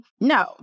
no